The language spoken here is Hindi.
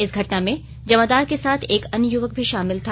इस घटना में जमादार के साथ एक अन्य युवक भी शामिल था